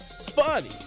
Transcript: funny